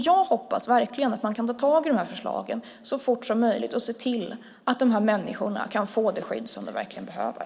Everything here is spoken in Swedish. Jag hoppas verkligen att man kan ta tag i de här förslagen så fort som möjligt och se till att de här människorna kan få det skydd som de verkligen behöver.